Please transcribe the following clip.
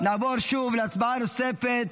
נעבור להצבעה נוספת,